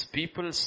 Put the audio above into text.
people